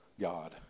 God